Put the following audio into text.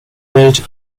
welt